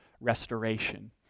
restoration